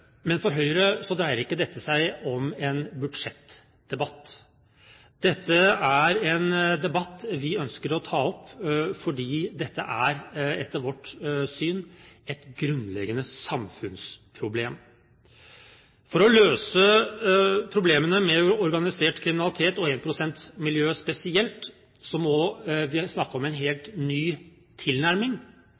men for Høyre dreier ikke dette seg om en budsjettdebatt. Dette er en debatt vi ønsker å ta opp fordi dette etter vårt syn er et grunnleggende samfunnsproblem. For å løse problemene med organisert kriminalitet og énprosentmiljøet spesielt, må vi snakke om en helt ny tilnærming